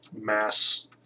mass